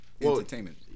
Entertainment